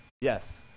Yes